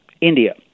India